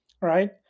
right